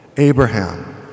Abraham